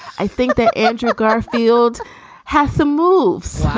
i think that andrew garfield has some moves.